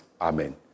Amen